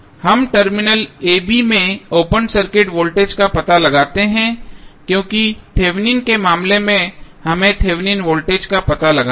हम terminal a b में open circuited voltage का पता लगाते हैं क्योंकि थेवेनिन के मामले में हमें थेवेनिन वोल्टेज का पता लगाना है